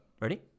ready